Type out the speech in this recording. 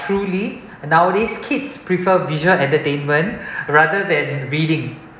truly nowadays kids prefer visual entertainment rather than reading